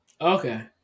Okay